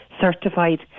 certified